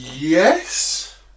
Yes